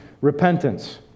repentance